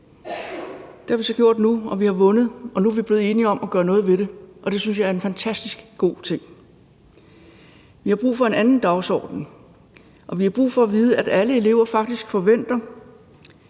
Det har vi så gjort nu, og nu er vi blevet enige om at gøre noget ved det. Og det synes jeg er en fantastisk god ting. Vi har brug for en anden dagsorden, og vi har brug for at vide, at alle elever har forventninger